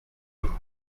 loups